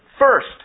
first